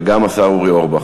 וגם השר אורי אורבך.